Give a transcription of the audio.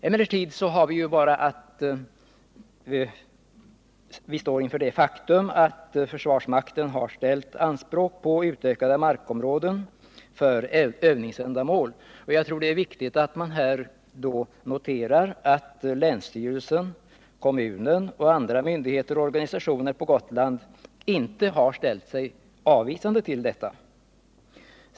Emellertid står vi inför det faktum att försvarsmakten har ställt krav på utökade markområden för övningsändamål. Jag tror att det är viktigt att då notera att länsstyrelsen, kommunen och andra myndigheter och organisationer på Gotland inte heller har ställt sig avvisande till detta.